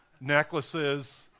necklaces